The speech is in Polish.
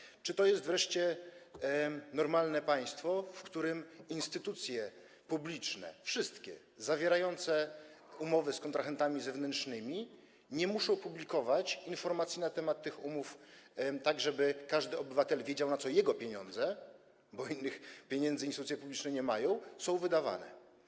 Wreszcie czy to jest normalne państwo, w którym wszystkie instytucje publiczne zawierające umowy z kontrahentami zewnętrznymi nie muszą publikować informacji na temat tych umów, tak żeby każdy obywatel wiedział, na co jego pieniądze, bo innych pieniędzy instytucje publiczne nie mają, są wydawane?